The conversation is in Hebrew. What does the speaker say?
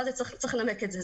אבל אז צריך לנמק את זה.